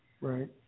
Right